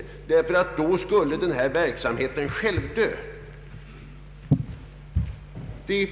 Om så vore fallet skulle denna verksamhet självdö.